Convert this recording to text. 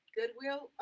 goodwill